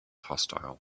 hostile